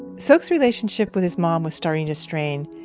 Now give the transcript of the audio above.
sok's relationship with his mom was starting to strain.